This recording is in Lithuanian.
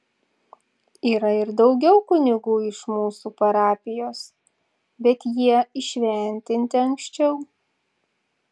yra ir daugiau kunigų iš mūsų parapijos bet jie įšventinti anksčiau